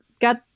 got